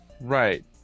Right